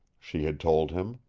she had told him.